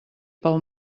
pel